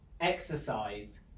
exercise